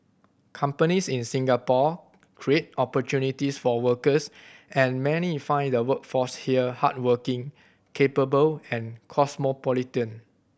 companies in Singapore create opportunities for workers and many find the workforce here hardworking capable and cosmopolitan